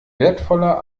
wertvoller